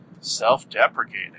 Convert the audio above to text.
Self-deprecating